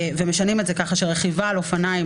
ומשנים את זה כך שהרכיבה על אופניים,